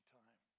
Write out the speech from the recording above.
time